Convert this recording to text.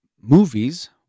movies